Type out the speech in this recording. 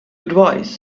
advise